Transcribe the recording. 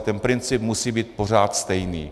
Ten princip musí být pořád stejný.